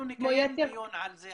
אנחנו נקיים דיון על זה,